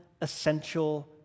essential